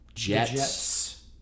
Jets